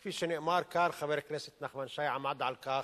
כפי שנאמר כאן, וחבר הכנסת נחמן שי עמד על כך: